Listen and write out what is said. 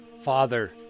Father